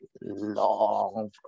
long